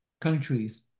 countries